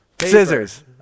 Scissors